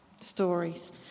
stories